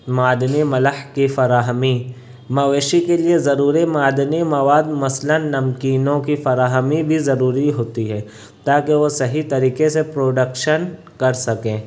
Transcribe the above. معدنی ملح کی فراہمی مویشی کے لیے ضروری معدنی مواد مثلا نمکینوں کی فراہمی بھی ضروری ہوتی ہے تاکہ وہ صحیح طریقے سے پروڈکشن کر سکیں